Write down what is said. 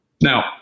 Now